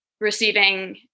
receiving